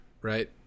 right